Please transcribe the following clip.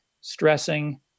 stressing